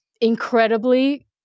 incredibly